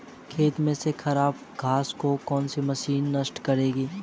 खेत में से खराब घास को कौन सी मशीन नष्ट करेगी?